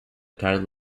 title